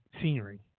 scenery